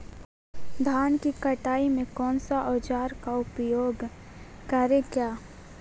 धान की कटाई में कौन सा औजार का उपयोग करे?